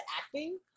acting